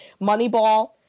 Moneyball